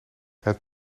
het